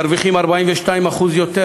מרוויחים 42% יותר,